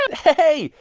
um hey,